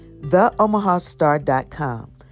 theomahastar.com